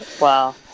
Wow